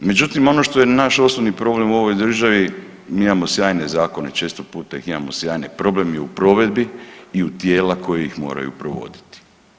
Međutim, ono što je naš osnovni problem u ovoj državi, mi imamo sjajne zakone, često puta ih imamo sjajne, problem je u provedbi i u tijela koja ih moraju provoditi.